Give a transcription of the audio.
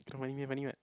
not funny meh funny what